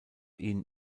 ihn